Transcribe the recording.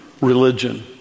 religion